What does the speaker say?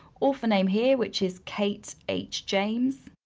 author name here, which is kate h james.